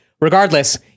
Regardless